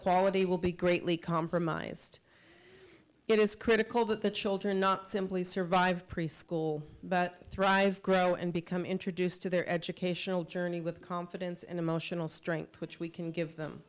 quality will be greatly compromised it is critical that the children not simply survive preschool but thrive grow and become introduced to their educational journey with confidence and emotional strength which we can give them